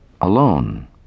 alone